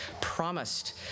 promised